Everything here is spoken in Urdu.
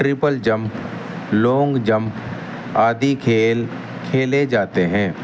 ٹرپل جمپ لونگ جمپ آدی کھیل کھیلے جاتے ہیں